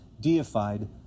deified